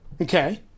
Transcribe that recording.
Okay